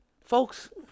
Folks